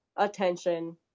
attention